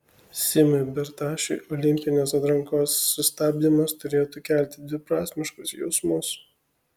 simui bertašiui olimpinės atrankos sustabdymas turėtų kelti dviprasmiškus jausmus